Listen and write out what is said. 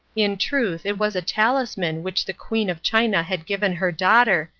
in truth it was a talisman which the queen of china had given her daughter,